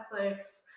Netflix